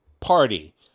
Party